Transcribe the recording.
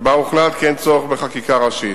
ובה הוחלט כי אין צורך בחקיקה ראשית.